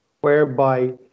whereby